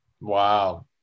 Wow